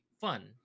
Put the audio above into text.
fun